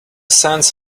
sense